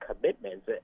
commitments